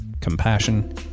compassion